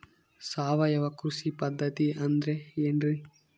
ಸಾವಯವ ಕೃಷಿ ಪದ್ಧತಿ ಅಂದ್ರೆ ಏನ್ರಿ?